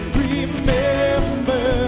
remember